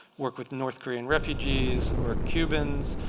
work with north korean refugees, or cubans.